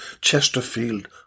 Chesterfield